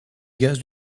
gaz